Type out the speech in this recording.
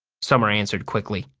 summer answered quickly.